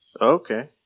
Okay